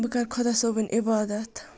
بہٕ کَرٕ خۄدا صٲبٕنۍ عبادتھ